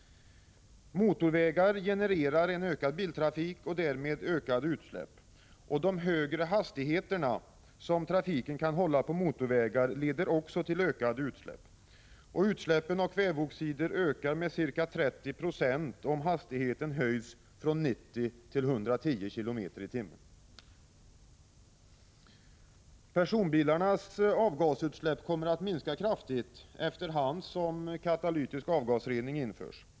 Motorvägar genererar en ökad biltrafik och därmed ökade utsläpp. De högre hastigheterna som trafiken kan hålla på motorvägar leder också till ökade utsläpp. Utsläppen av kväveoxider ökar med ca 30 2 om hastigheten höjs från 90 till 110 km/tim. Personbilarnas avgasutsläpp kommer att minska kraftigt efter hand som katalytisk avgasrening införs.